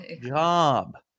job